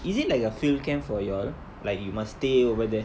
is it like a field camp for you all like you must stay over there